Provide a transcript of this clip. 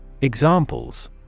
Examples